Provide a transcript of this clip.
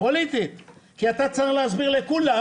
כי אתה צריך להסביר לכולם,